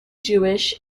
jewish